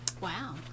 Wow